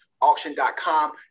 auction.com